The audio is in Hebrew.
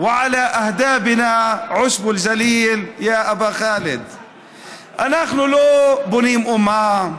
בְּתוֹכֵנוּ ועל ריסי עינינו עשבי הגליל".) אנחנו לא בונים אומה,